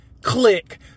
click